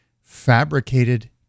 Fabricated